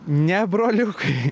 ne broliukai